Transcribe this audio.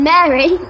Mary